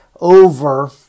over